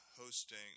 hosting